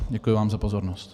Děkuji vám za pozornost.